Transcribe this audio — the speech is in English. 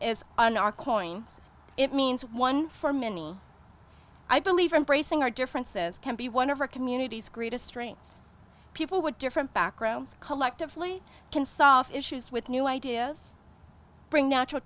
coins it means one for many i believe embracing our differences can be one of our community's greatest strengths people with different backgrounds collectively can solve issues with new ideas bring natural